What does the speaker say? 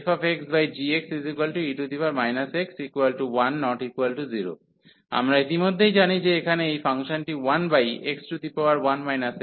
fxgx e x 1≠0 আমরা ইতিমধ্যেই জানি যে এখানে এই ফাংশনটি 1x1 n